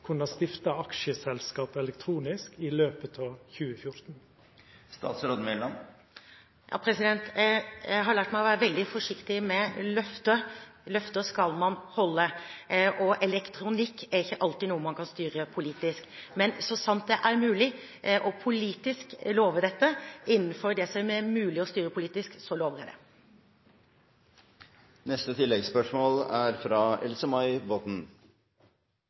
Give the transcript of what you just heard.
elektronisk i løpet av 2014. Jeg har lært meg å være veldig forsiktig med løfter. Løfter skal man holde. Elektronikk er ikke alltid noe man kan styre politisk. Men så sant det er mulig politisk å love dette – innenfor det som er mulig å styre politisk – lover jeg